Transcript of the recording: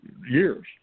years